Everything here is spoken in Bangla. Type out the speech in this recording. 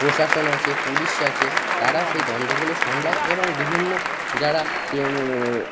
প্রশাসন আছে পুলিশ আছে তারা সেই দ্বন্দ্বগুলো সামলায় এবং বিভিন্ন যারা টিএম